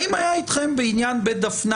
האם היה אתכם בעניין בית דפנה,